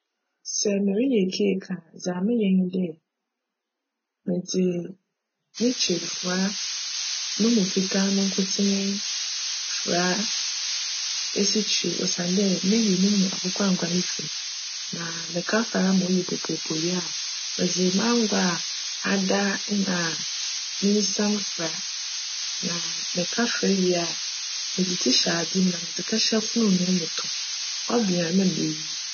Sj mereyj "cake" a, dza meyj nye dj, medze me kyirefuwa no mu fitaa no nkotsee fora esikyire osiandj miyi no mu akokc angoa no fi mu. Na meka fora ma cyj popoopo wie a, medze m'angoa a ada na me isiam for a. Na meka fora wie a me tsitsi hyj adze mu na medze kjhyj fononoo mu to. Cben a, nna medzi.